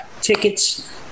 tickets